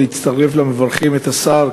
להצטרף למברכים את השר,